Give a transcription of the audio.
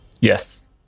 Yes